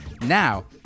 now